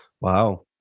Wow